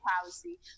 policy